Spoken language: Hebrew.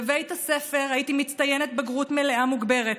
בבית הספר הייתי מצטיינת, בגרות מלאה מוגברת.